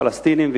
הפלסטינים,